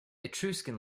etruscan